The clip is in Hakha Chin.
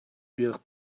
piak